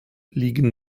liegen